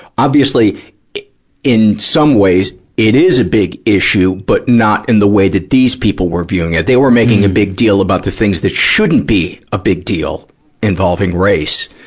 obviously in some ways, it is a big issue, but not in the way that these people were viewing it. they were making a big deal about the things that shouldn't be a big deal involving race.